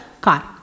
car